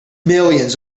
millions